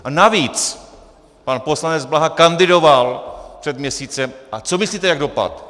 A navíc pan poslanec Blaha kandidoval před měsícem a co myslíte, jak dopadl?